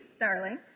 darling